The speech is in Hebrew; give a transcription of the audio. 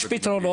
יש.